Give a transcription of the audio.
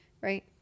right